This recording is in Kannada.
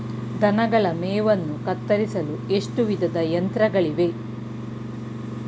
ದನಗಳ ಮೇವನ್ನು ಕತ್ತರಿಸಲು ಎಷ್ಟು ವಿಧದ ಯಂತ್ರಗಳಿವೆ?